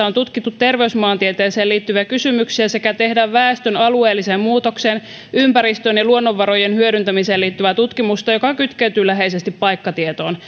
on tutkittu terveysmaantieteeseen liittyviä kysymyksiä sekä tehdään väestön alueelliseen muutokseen ympäristöön ja luonnonvarojen hyödyntämiseen liittyvää tutkimusta joka kytkeytyy läheisesti paikkatietoon